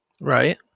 Right